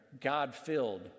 God-filled